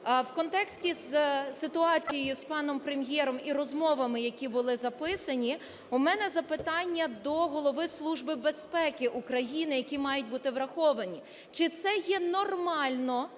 В контексті з ситуацією з паном Прем'єром і розмовами, які були записані, у мене запитання до Голови Служби безпеки України, які мають бути враховані. Чи це є нормально,